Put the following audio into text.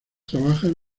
trabajan